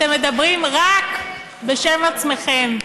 אתם מדברים רק בשם עצמכם.